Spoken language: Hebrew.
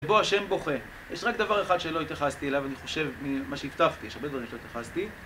בו השם בוכה. יש רק דבר אחד שלא התייחסתי אליו, אני חושב, ממה שהבטחתי, יש הרבה דברים שלא התייחסתי,